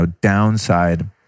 downside